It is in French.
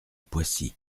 poissy